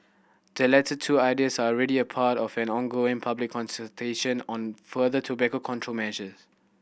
the latter two ideas are already a part of an ongoing public consultation on further tobacco control measures